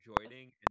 joining